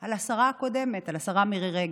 על השרה הקודמת, על השרה מירי רגב.